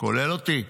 כולל אותי.